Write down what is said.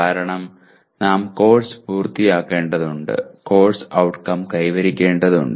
കാരണം നാം കോഴ്സ് പൂർത്തിയാക്കേണ്ടതുണ്ട് കോഴ്സ് ഔട്ട്കം കൈവരിക്കേണ്ടതുണ്ട്